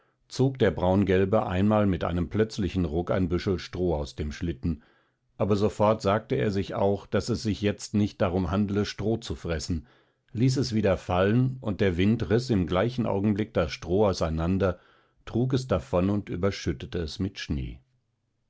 zog der braungelbe einmal mit einem plötzlichen ruck ein büschel stroh aus dem schlitten aber sofort sagte er sich auch daß es sich jetzt nicht darum handle stroh zu fressen ließ es wieder fallen und der wind riß im gleichen augenblicke das stroh auseinander trug es davon und überschüttete es mit schnee